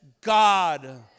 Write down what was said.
God